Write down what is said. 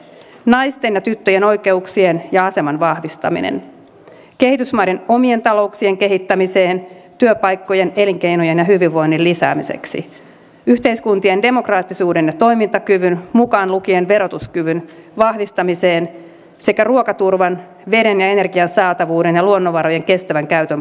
naisten ja tyttöjen oikeuksien ja aseman vahvistamiseen kehitysmaiden omien talouksien kehittämiseen työpaikkojen elinkeinojen ja hyvinvoinnin lisäämiseksi yhteiskuntien demokraattisuuden ja toimintakyvyn mukaan lukien verotuskyvyn vahvistamiseen sekä ruokaturvan veden ja energian saatavuuden ja luonnonvarojen kestävän käytön parantamiseen